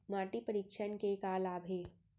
माटी परीक्षण के का का लाभ हे?